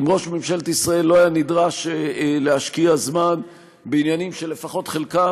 אם ראש ממשלת ישראל לא היה נדרש להשקיע זמן בעניינים שלפחות חלקם,